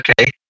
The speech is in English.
Okay